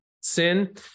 sin